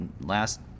last